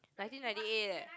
nineteen ninety eight eh